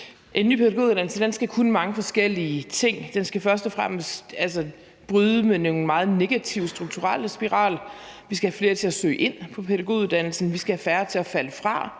En ny pædagoguddannelse skal kunne mange forskellige ting. Den skal først og fremmest bryde med nogle meget negative strukturelle spiraler. Vi skal have flere til at søge ind på pædagoguddannelsen. Vi skal have færre til at falde fra